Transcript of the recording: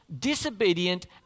disobedient